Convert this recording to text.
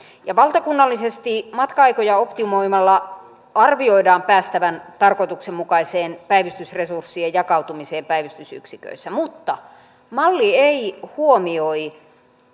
ja valtakunnallisesti matka aikoja optimoimalla arvioidaan päästävän tarkoituksenmukaiseen päivystysresurssien jakautumiseen päivystysyksiköissä mutta malli ei huomioi